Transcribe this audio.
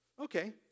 Okay